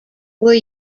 were